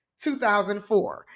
2004